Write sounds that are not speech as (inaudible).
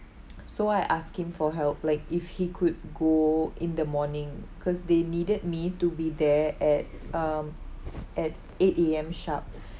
(noise) so I asked him for help like if he could go in the morning cause they needed me to be there at um at eight A_M sharp